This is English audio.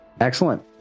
Excellent